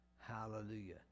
hallelujah